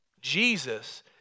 Jesus